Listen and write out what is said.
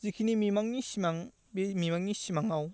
जिखिनि मिमांनि सिमां बे मिमांनि सिमाङाव